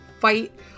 fight